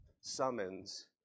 summons